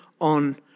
on